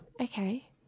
Okay